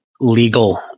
legal